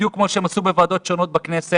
בדיוק כמו שהם עשו בוועדות שונות בכנסת.